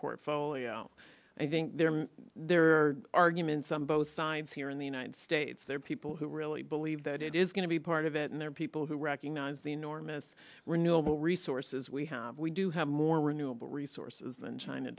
portfolio i think their arguments on both sides here in the united states there are people who really believe that it is going to be part of it and there are people who recognize the enormous renewable resources we have we do have more renewable resources than china